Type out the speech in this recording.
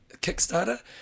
Kickstarter